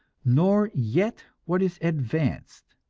nor yet what is advanced,